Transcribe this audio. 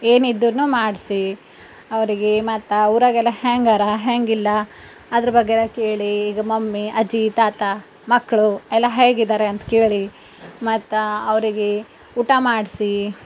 ಏನಿದ್ರೂನು ಮಾಡಿಸಿ ಅವರಿಗೆ ಮತ್ತೆ ಊರಾಗೆಲ್ಲ ಹ್ಯಾಂಗಾರ ಹೆಂಗಿಲ್ಲ ಅದರ ಬಗ್ಗೆ ಕೇಳಿ ಈಗ ಮಮ್ಮಿ ಅಜ್ಜಿ ತಾತ ಮಕ್ಕಳು ಎಲ್ಲ ಹೇಗಿದ್ದಾರೆ ಅಂತ ಕೇಳಿ ಮತ್ತೆ ಅವರಿಗೆ ಊಟ ಮಾಡಿಸಿ